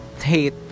hate